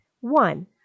One